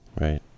Right